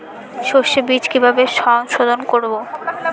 সর্ষে বিজ কিভাবে সোধোন করব?